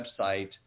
website